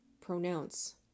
pronounce